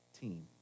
team